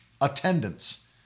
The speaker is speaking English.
attendance